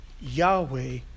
Yahweh